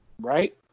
Right